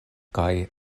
kaj